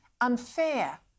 unfair